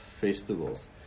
festivals